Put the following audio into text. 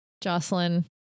Jocelyn